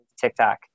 TikTok